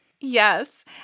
Yes